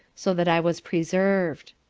so that i was preserv'd.